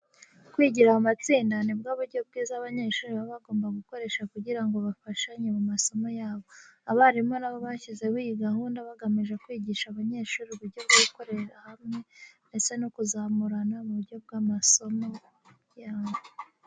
Kwigira mu matsinda ni bwo buryo bwiza abanyeshuri baba bagomba gukoresha kugira ngo bafashanye mu masomo yabo. Abarimu na bo bashyizeho iyi gahunda bagamije kwigisha abanyeshuri uburyo bwo gukorera hamwe ndetse no kuzamurana mu buryo bw'amasomo.